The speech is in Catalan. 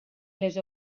les